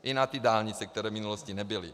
I na ty dálnice, které v minulosti nebyly.